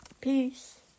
Peace